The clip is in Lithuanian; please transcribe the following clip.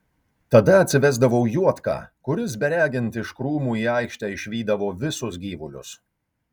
tada atsivesdavau juodką kuris beregint iš krūmų į aikštę išvydavo visus gyvulius